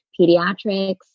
pediatrics